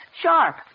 Sharp